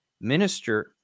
Minister